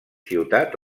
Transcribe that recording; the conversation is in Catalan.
ciutat